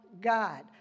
God